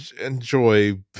enjoy